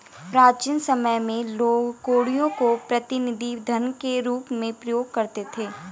प्राचीन समय में लोग कौड़ियों को प्रतिनिधि धन के रूप में प्रयोग करते थे